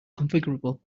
configurable